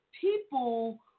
people